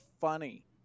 funny